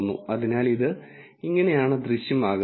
അതിനാൽ ഇത് ഇങ്ങനെയാണ് ദൃശ്യമാകുന്നത്